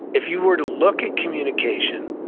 if you were to look at communication,